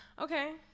Okay